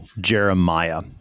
Jeremiah